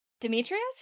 Demetrius